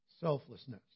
Selflessness